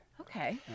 Okay